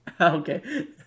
Okay